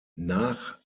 nach